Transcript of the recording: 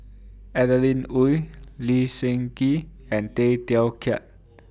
Adeline Ooi Lee Seng Gee and Tay Teow Kiat